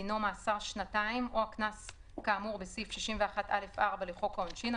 דינו מאסר שנתיים או הקנס כאמור בסעיף 61(א)(4) לחוק העונשין,